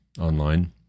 online